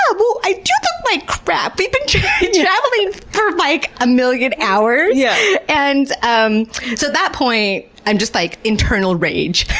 yeah! well, i do look like crap! we've been traveling for like, a million hours! yeah and um so at that point i'm just like, internal rage.